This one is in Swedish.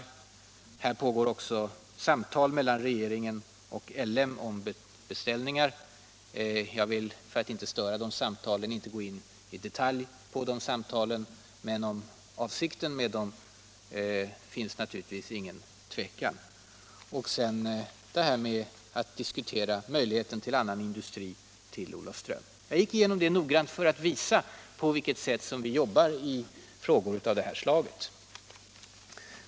Det pågår också samtal mellan regeringen och LM om beställningar. För att inte störa de samtalen vill jag inte gå in på dem i detalj, men om avsikten med dem råder det naturligtvis inget tvivel. Ytterligare ett steg har varit att diskutera möjligheterna att få annan industri till Olofström. Jag gick igenom allt detta noggrant för att visa på vilket sätt vi jobbar i frågor av det här slaget.